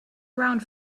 around